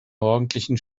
morgendlichen